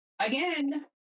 again